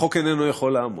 החוק איננו יכול לעמוד.